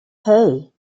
hey